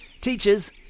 teachers